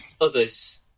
others